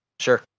sure